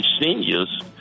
seniors